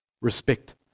Respect